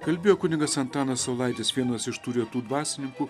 kalbėjo kunigas antanas saulaitis vienas iš tų retų dvasininkų